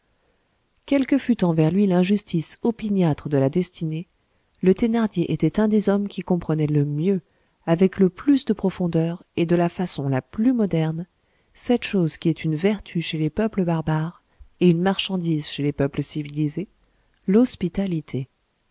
que fût envers lui l'injustice opiniâtre de la destinée le thénardier était un des hommes qui comprenaient le mieux avec le plus de profondeur et de la façon la plus moderne cette chose qui est une vertu chez les peuples barbares et une marchandise chez les peuples civilisés l'hospitalité